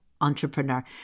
entrepreneur